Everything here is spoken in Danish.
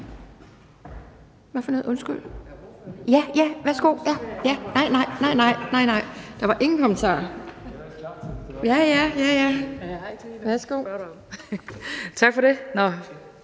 Tak for det.